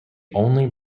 only